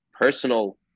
personal